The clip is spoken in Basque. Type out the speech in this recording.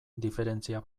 diferentzia